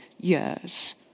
years